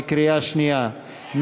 בקריאה שנייה.